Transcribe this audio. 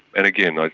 and again, like